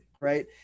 right